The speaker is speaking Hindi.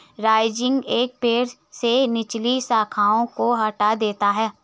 राइजिंग एक पेड़ से निचली शाखाओं को हटा देता है